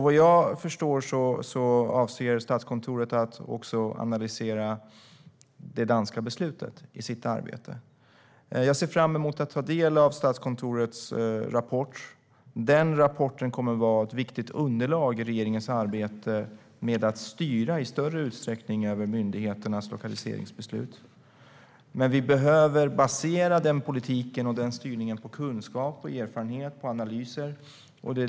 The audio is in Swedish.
Vad jag förstår avser Statskontoret att i sitt arbete analysera det danska beslutet. Jag ser fram emot att ta del av Statskontorets rapport. Den rapporten kommer att vara ett viktigt underlag i regeringens arbete med att i större utsträckning styra över myndigheternas lokaliseringsbeslut, men vi behöver basera den politiken och den styrningen på kunskap, erfarenhet och analyser.